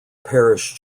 parish